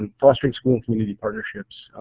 and fostering school and community partnerships.